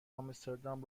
آمستردام